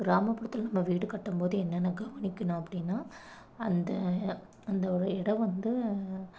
கிராமபுரத்தில் நம்ம வீடு கட்டும்போது என்னென்ன கவனிக்கணும் அப்படினா அந்த அந்த ஒரு இடம் வந்து